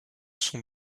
sont